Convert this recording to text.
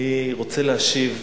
אני רוצה להשיב: